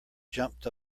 jumped